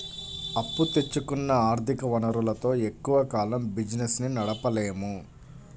అప్పు తెచ్చుకున్న ఆర్ధిక వనరులతో ఎక్కువ కాలం బిజినెస్ ని నడపలేము